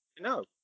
No